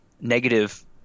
Negative